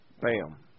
bam